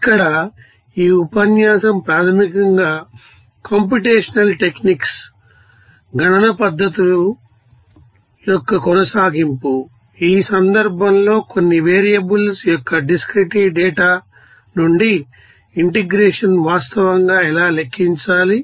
ఇక్కడ ఈ ఉపన్యాసం ప్రాథమికంగా గణన పద్ధతులుcomputational techniquesయొక్క కొనసాగింపు ఈ సందర్భంలో కొన్ని వేరియబుల్స్ యొక్క డిస్క్రెటే డేటా నుండి ఇంటెగ్రేషన్ వాస్తవంగా ఎలా లెక్కించాలి